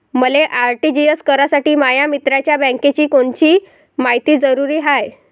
मले आर.टी.जी.एस करासाठी माया मित्राच्या बँकेची कोनची मायती जरुरी हाय?